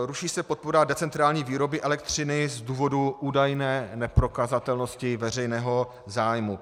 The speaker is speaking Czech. Ruší se podpora decentrální výroby elektřiny z důvodu údajné neprokazatelnosti veřejného zájmu.